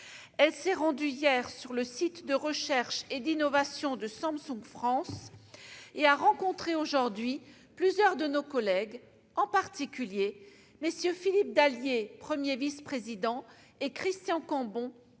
Elle s'est rendue hier sur le site de recherche et d'innovation de Samsung France et a rencontré aujourd'hui plusieurs de nos collègues, en particulier MM. Philipe Dallier, premier vice-président, et Christian Cambon,